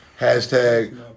hashtag